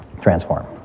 transform